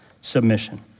submission